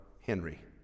Henry